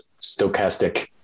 stochastic